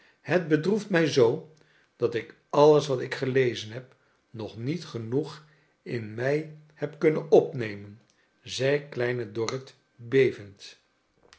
het bedroeft mij zoo dat ik alles wat ik gelezen heb nog niet genoeg in mij neb kunnen opnemen zei kleine dorrit bevend